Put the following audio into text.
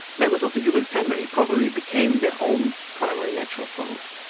members of the human family probably became their own primary natural foes.